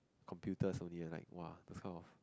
computers only lah like !wah! those type of